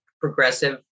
progressive